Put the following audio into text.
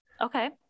Okay